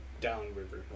downriver